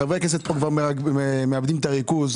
חברי הכנסת פה מאבדים את הריכוז.